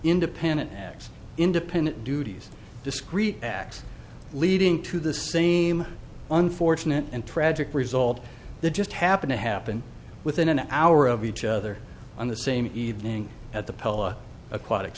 independent acts independent duties discreet acts leading to the same unfortunate and tragic result they just happen to happen within an hour of each other on the same evening at the pella aquatic